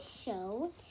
show